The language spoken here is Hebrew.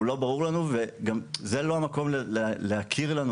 לא ברור לנו וזה לא המקום להכיר לנו